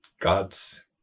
God's